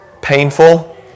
Painful